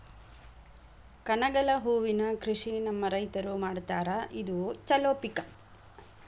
ಕನಗಲ ಹೂವಿನ ಕೃಷಿ ನಮ್ಮ ರೈತರು ಮಾಡತಾರ ಇದು ಚಲೋ ಪಿಕ